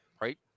Right